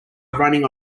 running